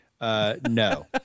no